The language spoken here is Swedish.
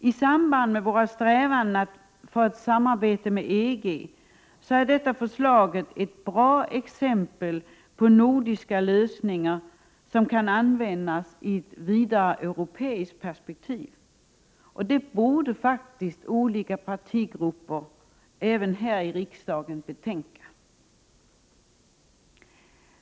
I samband med våra strävanden för ett samarbete med EG är detta förslag ett bra exempel på nordiska lösningar som kan användas i ett vidare europeiskt perspektiv. Det borde faktiskt olika partigrupper även här i riksdagen betänka.